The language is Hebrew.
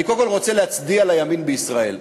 אני קודם כול רוצה להצדיע לימין בישראל.